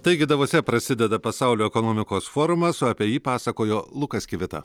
taigi davose prasideda pasaulio ekonomikos forumas o apie jį pasakojo lukas kivita